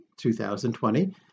2020